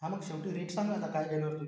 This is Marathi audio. हां मग शेवटी रेट सांगा आता काय घेणार तुम्ही